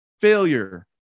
failure